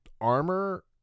armor